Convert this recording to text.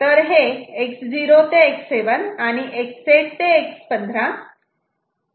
तर हे X0 ते X7 आणि हे X8 ते X15 आहेत